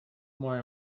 more